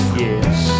yes